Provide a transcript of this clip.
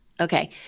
Okay